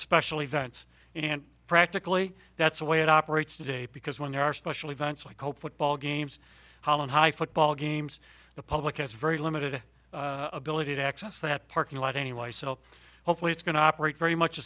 special events and practically that's the way it operates today because when there are special events like oh put ball games holland high football games the public has very limited ability to access that parking lot anyway so hopefully it's going to operate very much the